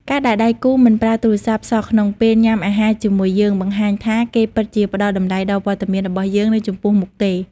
ការដែលដៃគូមិនប្រើទូរស័ព្ទសោះក្នុងពេលញ៉ាំអាហារជាមួយយើង បង្ហាញថាគេពិតជាផ្ដល់តម្លៃដល់វត្តមានរបស់យើងនៅចំពោះមុខគេ។